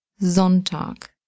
Sonntag